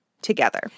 together